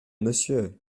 monsieur